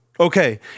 Okay